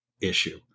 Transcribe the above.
issue